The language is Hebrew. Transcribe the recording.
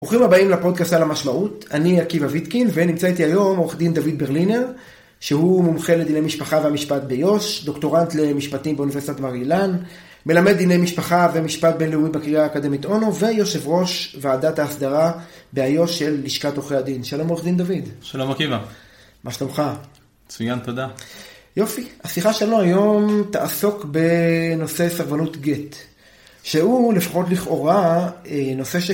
ברוכים הבאים לפודקאסט על המשמעות, אני עקיבא וידקין ונמצא איתי היום עורך דין דוד ברלינר, שהוא מומחה לדיני משפחה והמשפט ביו"ש, דוקטורנט למשפטים באוניברסיטת בר אילן, מלמד דיני משפחה ומשפט בינלאומי בקריירה האקדמית אונו, ויושב ראש ועדת ההסדרה ביו"ש של לשכת עורכי הדין. שלום עורך דין דוד. שלום עקיבא. מה שלומך? מצוין, תודה. יופי, השיחה שלנו היום תעסוק בנושא סרבנות גט, שהוא לפחות לכאורה נושא ש..